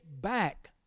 back